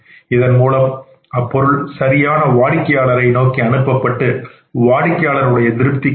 இதன் மூலம் அப்பொருள் சரியான வாடிக்கையாளரை நோக்கி அனுப்பப்பட்டு வாடிக்கையாளர் உடைய திருப்தி கிடைக்கும்